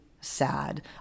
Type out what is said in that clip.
sad